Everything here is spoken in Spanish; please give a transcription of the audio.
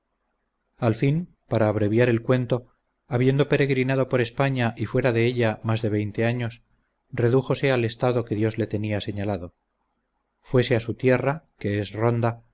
al fin para abreviar el cuento habiendo peregrinado por españa y fuera de ella más de veinte años redújose al estado que dios le tenía señalado fuese a su tierra que es ronda